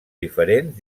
diferents